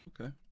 Okay